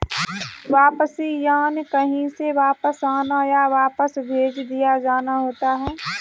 वापसी यानि कहीं से वापस आना, या वापस भेज दिया जाना होता है